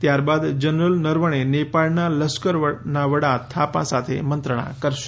ત્યારબાદ જનરલ નરવણે નેપાળના લશ્કરના વડા થાપા સાથે મંત્રણા કરશે